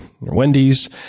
Wendy's